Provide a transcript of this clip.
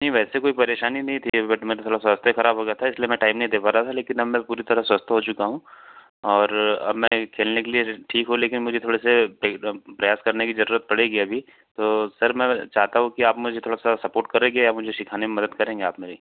नहीं वैसे कोई परेशानी नहीं थी बट मैं थोड़ा स्वास्थ्य खराब हो गया था इसलिए मैं टाइम नहीं दे पा रहा था लेकिन अब मैं पूरी तरह स्वस्थ हो चुका हूँ और अब मैं खेलने के लिए ठीक हूँ लेकिन मुझे थोड़ा सा एकदम प्रयास करने की जरूरत पड़ेगी अभी तो सर मैं चाहता हूँ कि आप मुझे थोड़ा सा सपोर्ट करेंगे या मुझे सिखाने में मदद करेंगे आप मेरी